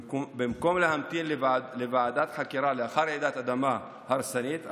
במקום להמתין לוועדת חקירה לאחר רעידת אדמה הרסנית,